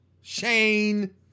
Shane